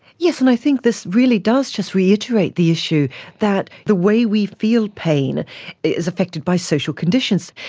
yes, and i think this really does just reiterate the issue that the way we feel pain is affected by social conditions.